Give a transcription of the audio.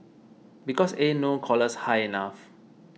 because ain't no collars high enough